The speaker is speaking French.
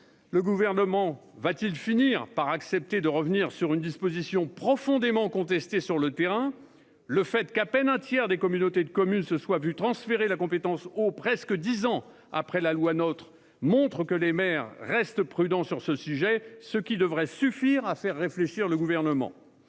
Le Gouvernement finira-t-il par accepter de revenir sur une disposition profondément contestée sur le terrain ? Le fait qu'à peine un tiers des communautés de communes se soient vu transférer la compétence eau, presque dix ans après la loi NOTRe, montre que les maires restent prudents sur le sujet, ce qui devrait suffire à faire réfléchir le Gouvernement.